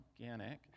organic